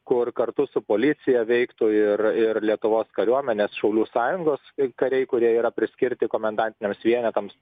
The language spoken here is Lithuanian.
kur kartu su policija veiktų ir ir lietuvos kariuomenės šaulių sąjungos kariai kurie yra priskirti komendantiniams vienetams